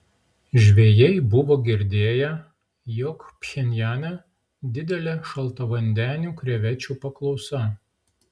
žvejai buvo girdėję jog pchenjane didelė šaltavandenių krevečių paklausa